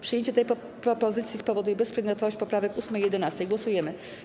Przyjęcie tej propozycji spowoduje bezprzedmiotowość poprawek 8. i 11. Głosujemy.